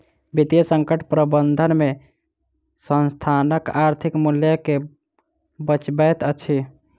वित्तीय संकट प्रबंधन में संस्थानक आर्थिक मूल्य के बचबैत अछि